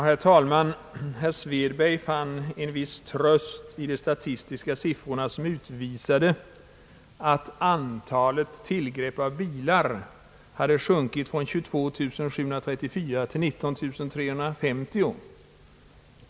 Herr talman! Herr Svedberg fann en viss tröst i de statistiska siffrorna som utvisar att antalet tillgrepp av bilar minskat från 22734 till 19 350.